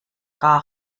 gar